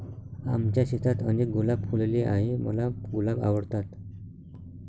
आमच्या शेतात अनेक गुलाब फुलले आहे, मला गुलाब आवडतात